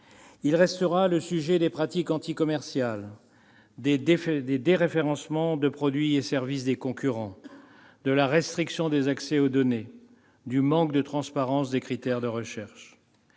; celui des pratiques anti-commerciales, des déréférencements des produits et services des concurrents, de la restriction des accès aux données, du manque de transparence des critères de recherche